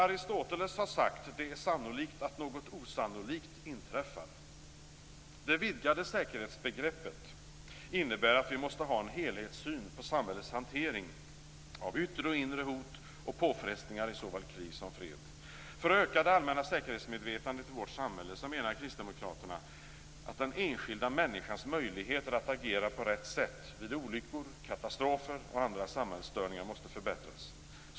Aristoteles har sagt: Det är sannolikt att något osannolikt inträffar. Det vidgade säkerhetsbegreppet innebär att vi måste ha en helhetssyn på samhällets hantering av yttre och inre hot och påfrestningar i såväl krig som fred. För att öka det allmänna säkerhetsmedvetandet i vårt samhälle menar Kristdemokraterna att den enskilda människans möjligheter att agera på rätt sätt vid olyckor, katastrofer och andra samhällsstörningar måste förbättras.